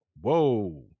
whoa